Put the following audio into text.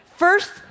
First